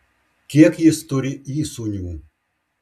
kiek jis turi įsūnių